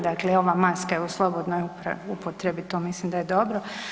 Dakle ova maska je u slobodnoj upotrebi, to mislim da je dobro.